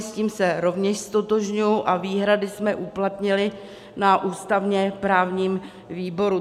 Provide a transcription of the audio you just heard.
S tím se rovněž ztotožňuji a výhrady jsme uplatnili na ústavněprávním výboru.